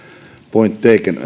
point taken